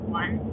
one